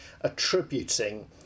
attributing